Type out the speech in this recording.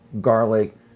Garlic